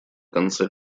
конце